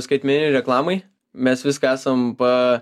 skaitmeninei reklamai mes viską esam pa